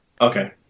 Okay